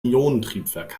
ionentriebwerk